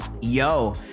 yo